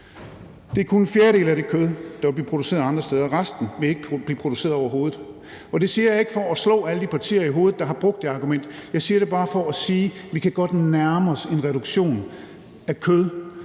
Det er kun en fjerdedel af det kød, der vil blive produceret andre steder. Resten vil ikke blive produceret, overhovedet. Det siger jeg ikke for at slå alle de partier i hovedet, der har brugt det argument. Jeg nævner det bare for at sige, at vi godt kan nærme os en reduktion af